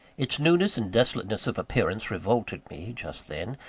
its newness and desolateness of appearance revolted me, just then.